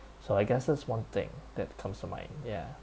so I guess that's one thing that comes to mind ya